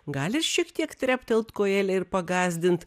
gali šiek tiek treptelėt kojele ir pagąsdint